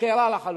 הופקרה לחלוטין.